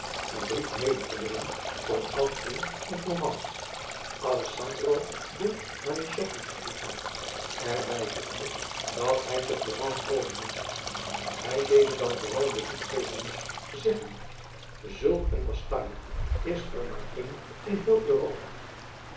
een brief mede te nemen voor een oud vriend te florence alessandro de manichetti geheeten er bijvoegende dat zoo hij te florence komen mogt hij dezen dan vooral een bezoek geven moest zeggende zulk een bastaille is er maar één in geheel europa